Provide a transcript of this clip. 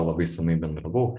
labai senai bendravau